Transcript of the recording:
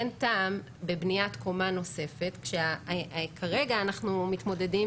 אין טעם בהעברת מידע נוספת אם כרגע אנחנו מתמודדים